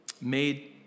made